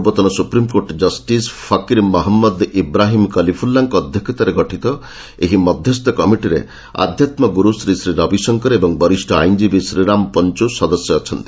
ପୂର୍ବତନ supreme court justice Fakir Mohammed Ibrahim କଲିଫୁଲ୍ଲାଙ୍କ ଅଧ୍ୟକ୍ଷତାରେ ଗଠିତ ଏହି ମଧ୍ୟସ୍ଥ କମିଟିରେ ଆଧ୍ୟାତ୍ମଗୁରୁ ଶ୍ରୀଶ୍ରୀ ରବିଶଙ୍କର ଏବଂ ବରିଷ୍ଣ ଆଇନଜୀବୀ ଶ୍ରୀରାମ ପଞ୍ଚୁ ସଦସ୍ୟ ଅଛନ୍ତି